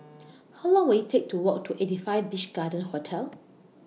How Long Will IT Take to Walk to eighty five Beach Garden Hotel